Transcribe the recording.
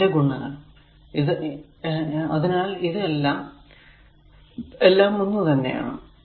അതിനാൽ ഇത് എല്ലാം a a R a Ra Rb Rc എല്ലാം ഒന്ന് തന്നെ ആണ്